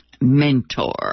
mentor